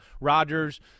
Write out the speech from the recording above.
Rodgers